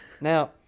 Now